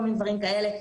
כל מיני דברים כאלה,